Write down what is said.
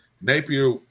Napier